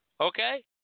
Okay